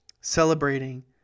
celebrating